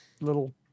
little